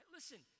Listen